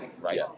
right